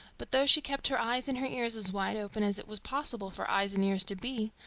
but though she kept her eyes and her ears as wide open as it was possible for eyes and ears to be,